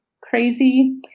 crazy